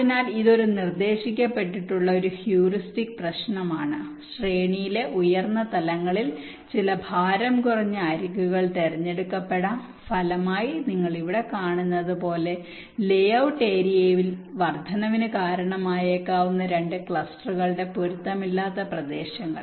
അതിനാൽ ഇത് ഒരു നിർദ്ദേശിക്കപ്പെട്ടിട്ടുള്ള ഒരു ഹ്യൂറിസ്റ്റിക് പ്രശ്നമാണ് ശ്രേണിയിലെ ഉയർന്ന തലങ്ങളിൽ ചില ഭാരം കുറഞ്ഞ അരികുകൾ തിരഞ്ഞെടുക്കപ്പെടാം ഫലമായി നിങ്ങൾ ഇവിടെ കാണുന്നത് പോലെ ലേ ഔട്ട് ഏരിയയിൽ വർദ്ധനവിന് കാരണമായേക്കാവുന്ന രണ്ട് ക്ലസ്റ്ററുകളുടെ പൊരുത്തമില്ലാത്ത പ്രദേശങ്ങൾ